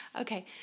Okay